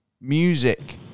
music